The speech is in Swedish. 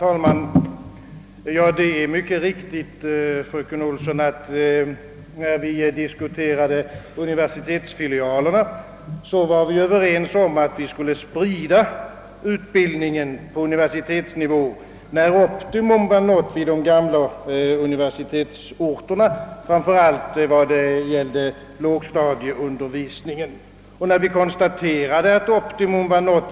Herr talman! Det är alldeles riktigt, fröken Olsson, att vi, när vi diskuterade universitetsfilialerna, var överens om att vi skulle sprida utbildningen på universitetsnivå, då optimum var nått vid de gamla universitetsorterna, framför allt i vad det gällde lågstadieundervisningen.